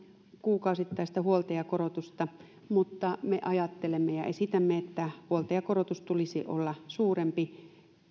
kuukausittaista huoltajakorotusta mutta me ajattelemme ja esitämme että huoltajakorotuksen tulisi olla suurempi sitä